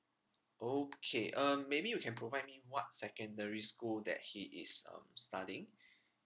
okay um maybe you can provide me what secondary school that he is um studying